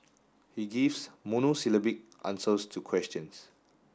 he gives monosyllabic answers to questions